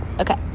okay